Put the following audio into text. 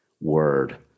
word